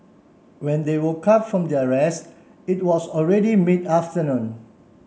when they woke up from their rest it was already mid afternoon